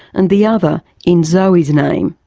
and the other in zoe's name.